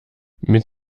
mit